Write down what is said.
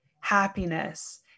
happiness